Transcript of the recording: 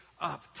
up